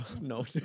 no